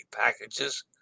packages